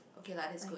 okay lah that's good